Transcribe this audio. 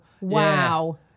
Wow